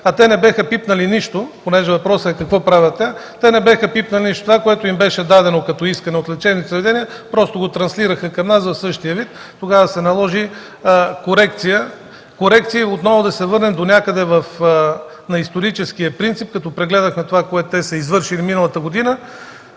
Те не бяха пипнали нищо. Въпросът е какво правеха. Те не бяха пипнали нищо. Това, което им беше дадено като искане от лечебните заведения, просто го транслираха към нас в същия вид. Тогава се наложиха корекции и да се върнем отново донякъде към историческия принцип. Прегледахме това, което те са извършили миналата година.